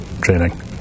training